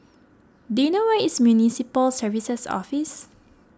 do you know where is Municipal Services Office